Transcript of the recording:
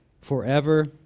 forever